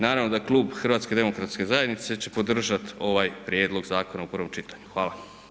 Naravno da klub HDZ-a će podržati ovaj prijedlog zakona u prvom čitanju.